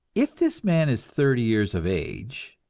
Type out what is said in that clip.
if this man is thirty years of age,